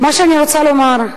מה שאני רוצה לומר,